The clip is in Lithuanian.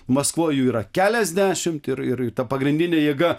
maskvoj jų yra keliasdešimt ir ir ta pagrindinė jėga